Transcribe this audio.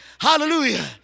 Hallelujah